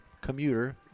commuter